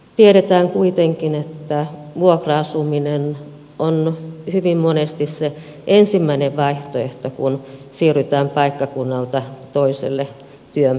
tiedetään kuitenkin että vuokra asuminen on hyvin monesti se ensimmäinen vaihtoehto kun siirrytään paikkakunnalta toiselle työn perässä